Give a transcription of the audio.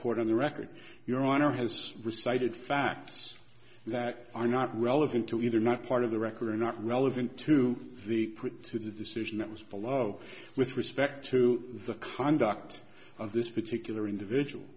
court on the record your honor has recited facts that are not relevant to either not part of the record or not relevant to the put to the decision that was below with respect to the conduct of this particular individual